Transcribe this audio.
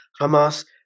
Hamas